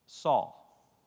Saul